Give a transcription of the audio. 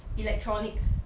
electronics